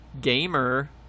Gamer